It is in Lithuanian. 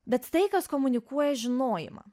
bet tai kas komunikuoja žinojimą